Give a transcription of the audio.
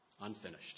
Unfinished